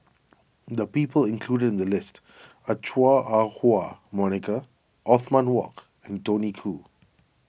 the people included in the list are Chua Ah Huwa Monica Othman Wok and Tony Khoo